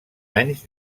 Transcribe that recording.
anys